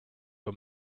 for